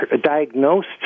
diagnosed